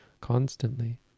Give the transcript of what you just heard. constantly